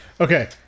Okay